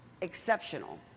exceptional